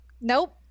Nope